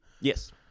Yes